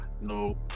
no